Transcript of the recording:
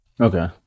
Okay